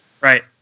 Right